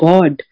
God